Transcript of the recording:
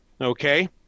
Okay